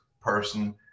person